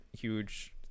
huge